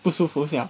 不舒服 sia